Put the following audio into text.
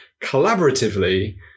collaboratively